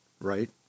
Right